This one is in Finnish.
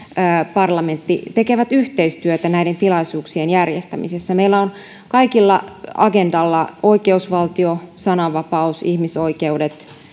parlamentti tekevät yhteistyötä näiden tilaisuuksien järjestämisessä meillä on kaikilla agendalla oikeusvaltio sananvapaus ihmisoikeudet